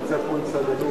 חבר הכנסת אלקין,